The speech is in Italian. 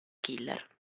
killer